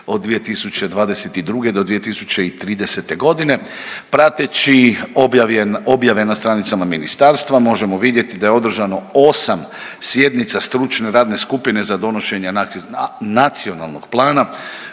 od 2022.-2030. g. Prateći objave na stranicama ministarstva, možemo vidjeti da je održano 8 sjednica stručne radne skupine za donošenje nacionalnog plana.